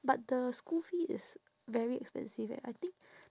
but the school fee is very expensive eh I think